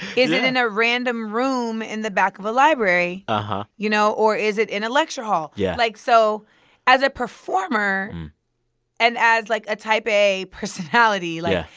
it it in a random room in the back of a library? uh-huh you know, or is it in a lecture hall? yeah like so as a performer and as, like, a type a personality, like,